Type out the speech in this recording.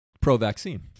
Pro-vaccine